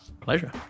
Pleasure